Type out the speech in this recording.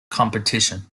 competition